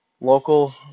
local